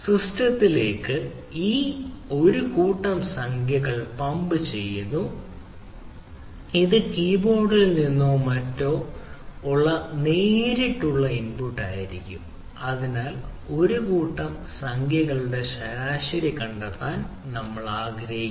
സിസ്റ്റത്തിലേക്ക് ഒരു കൂട്ടം സംഖ്യകൾ പമ്പ് ചെയ്യുന്നു ഇത് കീബോർഡിൽ നിന്നോ മറ്റോ നിന്നുള്ള നേരിട്ടുള്ള ഇൻപുട്ടായിരിക്കാം അതിനാൽ ഒരു കൂട്ടം സംഖ്യകളുടെ ശരാശരി കണ്ടെത്താൻ നമ്മൾ ആഗ്രഹിക്കുന്നു